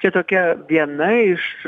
čia tokia viena iš